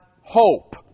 hope